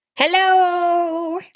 hello